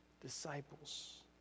disciples